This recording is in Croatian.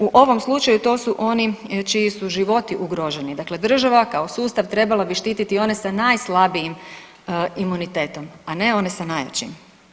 U ovom slučaju to su oni čiji su životi ugroženi, dakle država kao sustav trebala bi štititi one sa najslabijim imunitetom, a ne one sa najjačim.